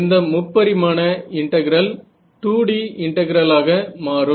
இந்த முப்பரிமாண integral 2D இன்டெகிரலாக மாறும்